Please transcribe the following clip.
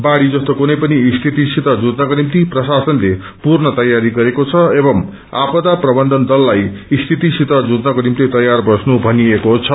बाँडी जस्तो कुनै पनि स्थितिसित जुझ्नको निम्ति प्रशासनले पूर्ण तयारी गरेको छ एवं आपदा प्रबन्धन दललाई स्थितिसित जुझ्नको निम्ति तयार बस्नु भनिएको छ